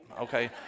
Okay